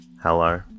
Hello